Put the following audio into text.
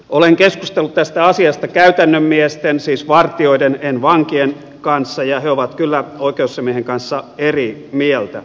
olen keskustellut tästä asiasta käytännön miesten siis vartijoiden en vankien kanssa ja he ovat kyllä oikeusasiamiehen kanssa eri mieltä